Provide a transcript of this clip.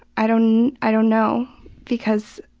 i don't i don't know because